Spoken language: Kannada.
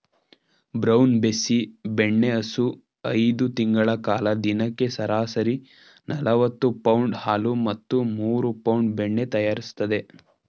ಬ್ರೌನ್ ಬೆಸ್ಸಿ ಬೆಣ್ಣೆಹಸು ಐದು ತಿಂಗಳ ಕಾಲ ದಿನಕ್ಕೆ ಸರಾಸರಿ ನಲವತ್ತು ಪೌಂಡ್ ಹಾಲು ಮತ್ತು ಮೂರು ಪೌಂಡ್ ಬೆಣ್ಣೆ ತಯಾರಿಸ್ತದೆ